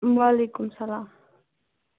وعلیکُم اسلام